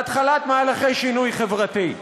להתחלת מהלכי שינוי חברתי.